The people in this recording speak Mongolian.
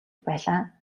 байлаа